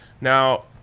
Now